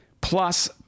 plus